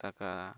ᱴᱟᱠᱟ